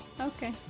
Okay